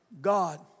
God